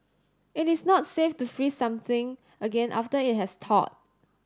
it is not safe to freeze something again after it has thawed